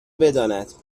بداند